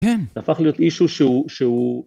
‫כן. ‫הפך להיות מישהו שהוא , שהוא...